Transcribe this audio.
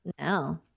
No